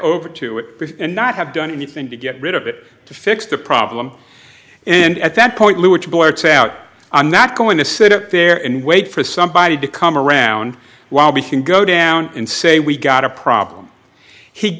over to it and not have done anything to get rid of it to fix the problem and at that point which boards out i'm not going to sit there and wait for somebody to come around while we can go down and say we got a problem